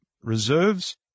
reserves